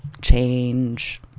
Change